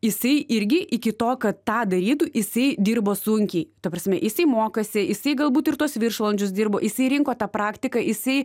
jisai irgi iki to kad tą darytų jisai dirbo sunkiai ta prasme jisai mokėsi jisai galbūt ir tuos viršvalandžius dirbo jisai rinko tą praktiką jisai